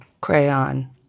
crayon